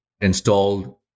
installed